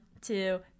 two